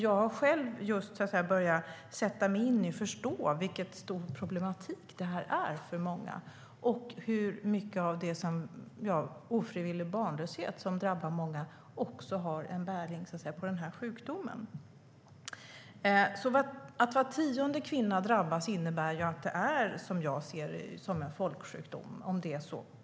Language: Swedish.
Jag har själv börjat sätta mig in i och förstå vilken stor problematik sjukdomen innebär för många och att mycket av ofrivillig barnlöshet, som drabbar många, också har en bärighet på denna sjukdom. Eftersom det är så pass många som var tionde kvinna som drabbas är det, som jag ser det, en folksjukdom.